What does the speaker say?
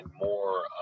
more